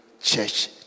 church